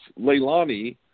Leilani